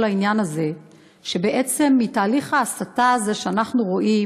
העניין הזה הוא שבעצם מתהליך ההסתה הזה שאנחנו רואים,